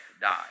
die